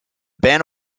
band